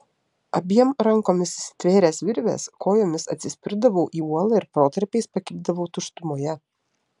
abiem rankomis įsitvėręs virvės kojomis atsispirdavau į uolą ir protarpiais pakibdavau tuštumoje